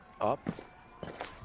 up